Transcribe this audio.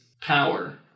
power